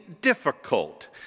difficult